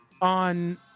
on